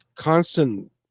constant